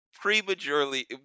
prematurely